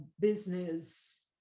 business